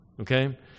Okay